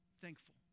Thankful